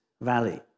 valley